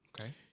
Okay